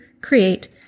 create